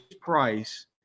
Price